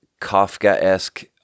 Kafka-esque